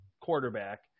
quarterback